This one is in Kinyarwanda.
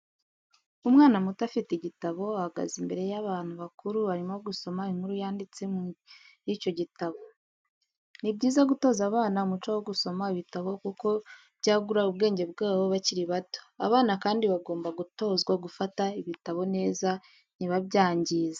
Umwana muto afite igitabo ahagaze imbere y'abantu bakuru arimo gusoma inkuru yanditse muri icyo gitabo. Ni byiza gutoza abana umuco wo gusoma ibitabo kuko byagura ubwenge bwabo bakiri bato, abana kandi bagomba gutozwa gufata ibitabo neza ntibabyangize.